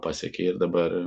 pasiekė ir dabar